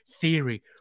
theory